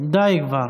די כבר.